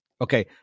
Okay